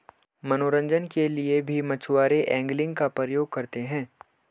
मनोरंजन के लिए भी मछुआरे एंगलिंग का प्रयोग करते हैं